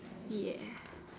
ya